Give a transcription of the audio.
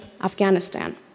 Afghanistan